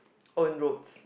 own roads